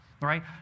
right